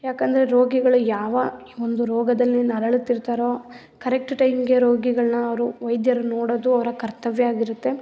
ಯಾಕಂದರೆ ರೋಗಿಗಳು ಯಾವ ಒಂದು ರೋಗದಲ್ಲಿ ನರಳುತ್ತಿರ್ತಾರೊ ಕರೆಕ್ಟ್ ಟೈಮಿಗೆ ರೋಗಿಗಳನ್ನ ಅವರು ವೈದ್ಯರು ನೋಡೋದು ಅವರ ಕರ್ತವ್ಯ ಆಗಿರುತ್ತೆ